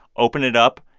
open it up,